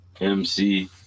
MC